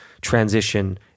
transition